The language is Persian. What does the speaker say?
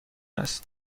است